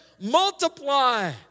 Multiply